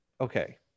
Okay